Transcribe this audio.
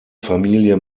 familie